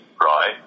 right